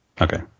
Okay